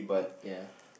ya